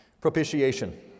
Propitiation